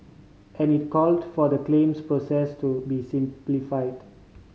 and it called for the claims process to be simplified